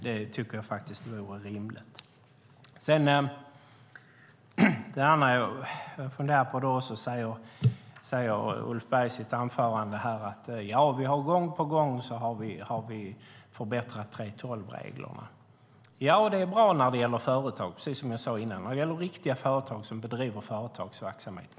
Det tycker jag vore rimligt. Jag funderar också på något annat. Ulf Berg säger i sitt anförande: Vi har gång på gång förbättrat 3:12-reglerna. Ja, det är, precis som jag innan, bra när det gäller företag, viktiga företag som bedriver företagsverksamhet.